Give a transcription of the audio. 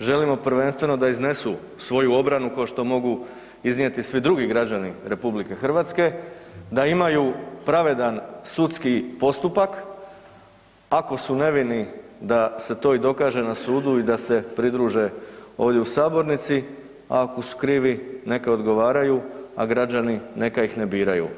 želimo prvenstveno da iznesu svoju obranu ko što mogu iznijeti svi drugi građani RH, da imaju pravedan sudski postupak, ako su nevini da se to dokaže na sudu i da se pridruže ovdje u sabornici, a ako su krivi neka odgovaraju, a građani neka ih ne biraju.